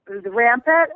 Rampant